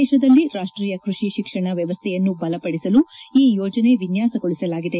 ದೇಶದಲ್ಲಿ ರಾಷ್ಷೀಯ ಕೃಷಿ ತಿಕ್ಷಣ ವ್ಯವಸ್ಥೆಯನ್ನು ಬಲಪಡಿಸಲು ಈ ಯೋಜನೆ ವಿನ್ನಾಸಗೊಳಿಸಲಾಗಿದೆ